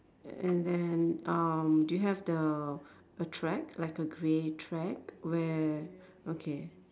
and then um do you have the a track like a grey track where okay